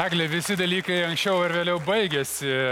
egle visi dalykai anksčiau ar vėliau baigiasi